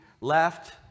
left